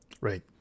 Right